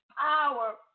power